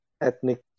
ethnic